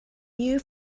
new